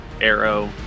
arrow